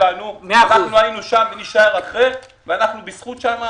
היינו שם ונישאר אחרי ואנחנו שם בזכות.